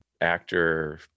actor